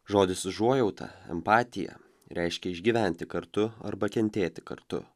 žodis užuojauta empatija reiškia išgyventi kartu arba kentėti kartu